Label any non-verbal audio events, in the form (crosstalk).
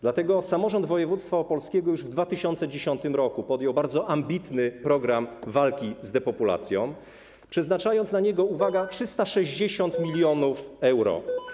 Dlatego samorząd województwa opolskiego już w 2010 r. podjął bardzo ambitny program walki z depopulacją, przeznaczając na niego, (noise) uwaga, 360 mln euro.